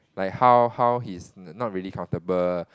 like how how he's not really comfortable